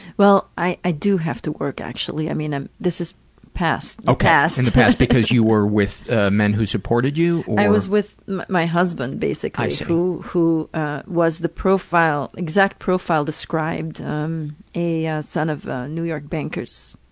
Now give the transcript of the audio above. well i i do have to work, actually. i mean ah this is past. ah in and the past. because you were with ah men who supported you? i was with my husband basically. i see. who who ah was the profile, the exact profile described um a a son of a new york banker's.